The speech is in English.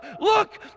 look